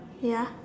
ya